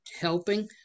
helping